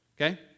Okay